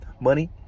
money